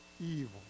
evil